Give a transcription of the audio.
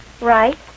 Right